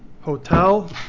hotel